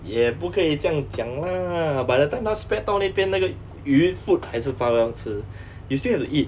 也不可以这样讲 lah by the time 它 spread 到那边那个鱼 food 还是照样吃 you still have to eat